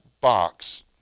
box